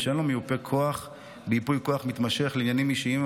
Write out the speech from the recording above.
ושאין לו מיופה כוח בייפוי כוח מתמשך לעניינים אישיים,